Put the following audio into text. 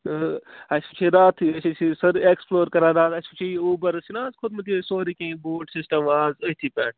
تہٕ اَسہِ وُچھاے راتھٕے أسۍ ٲسۍ یہِ سر ایکٕسپُلور کَران راتھ اَسہِ وُچھاے یہِ اوٗبر چھِنہٕ حظ کھوٚتمُت یہِ سورُے کیٚنٛہہ بوٹ سِسٹم اَز أتھی پٮ۪ٹھ